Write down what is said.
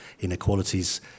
inequalities